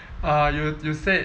uh you you said